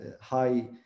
high